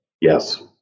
Yes